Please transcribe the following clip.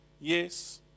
yes